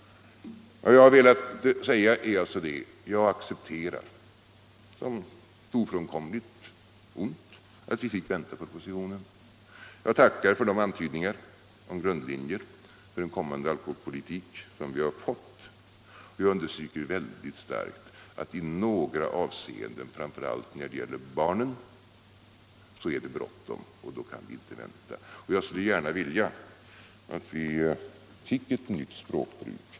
Vad jag har velat säga är alltså att jag har accepterat som ett ofrånkomligt ont att vi får vänta på propositionen. Jag tackar för de antydningar, de grundlinjer, för en kommande alkoholpolitik som vi har fått. Vi understryker väldigt starkt att det i några avseenden, framför allt när det gäller barnen, är bråttom och att vi där inte kan vänta längre. Jag skulle gärna vilja att vi fick ett nytt språkbruk.